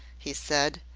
he said.